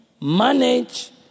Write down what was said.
manage